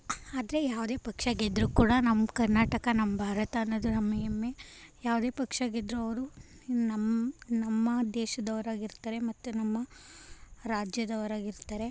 ಆದರೆ ಯಾವುದೇ ಪಕ್ಷ ಗೆದ್ರೂ ಕೂಡ ನಮ್ಮ ಕರ್ನಾಟಕ ನಮ್ಮ ಭಾರತ ಅನ್ನೋದು ನಮ್ಮ ಹೆಮ್ಮೆ ಯಾವುದೇ ಪಕ್ಷ ಗೆದ್ರೂ ಅವರು ನಮ್ಮ ನಮ್ಮ ದೇಶದವರಾಗಿರ್ತಾರೆ ಮತ್ತು ನಮ್ಮ ರಾಜ್ಯದವರಾಗಿರ್ತಾರೆ